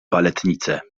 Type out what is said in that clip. baletnice